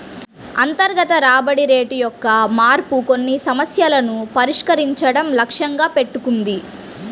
అంతర్గత రాబడి రేటు యొక్క మార్పు కొన్ని సమస్యలను పరిష్కరించడం లక్ష్యంగా పెట్టుకుంది